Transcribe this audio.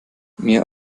mehr